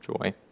joy